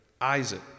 Isaac